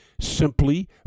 simply